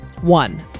One